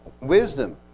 Wisdom